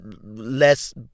less